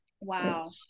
wow